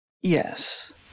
yes